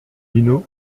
dino